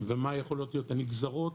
ומה יכולות להיות הנגזרות,